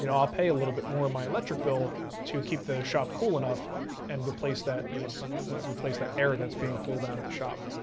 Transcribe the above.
you know i'll pay a little bit more on and my electric bill to keep the shop cool enough and replace that you know replace that air that's being pulled out of the shop.